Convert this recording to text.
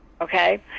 Okay